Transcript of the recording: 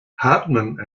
hartman